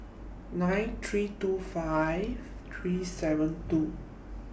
nine three two five three seven two